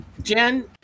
Jen